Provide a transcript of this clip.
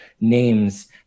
names